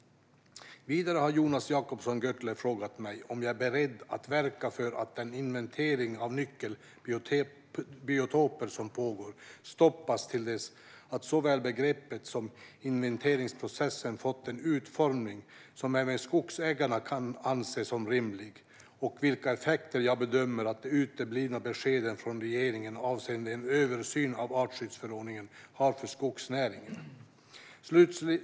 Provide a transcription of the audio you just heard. Vidare har Jonas Jacobsson Gjörtler frågat mig om jag är beredd att verka för att den inventering av nyckelbiotoper som pågår stoppas till dess att såväl begreppet som inventeringsprocessen fått en utformning som även skogsägarna kan anse som rimlig samt vilka effekter jag bedömer att de uteblivna beskeden från regeringen avseende en översyn av artskyddsförordningen har för skogsnäringen.